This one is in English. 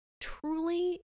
truly